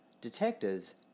detectives